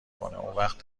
اونوقت